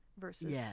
versus